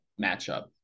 matchup